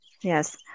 Yes